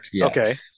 Okay